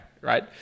Right